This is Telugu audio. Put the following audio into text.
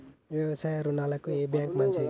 వ్యవసాయ రుణాలకు ఏ బ్యాంక్ మంచిది?